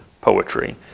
poetry